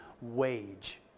wage